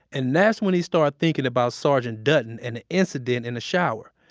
and that's when he started thinking about sergeant dutton and the incident in the shower.